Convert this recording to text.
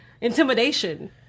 intimidation